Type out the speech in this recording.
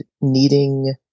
needing